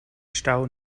stau